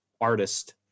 artist